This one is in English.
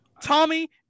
Tommy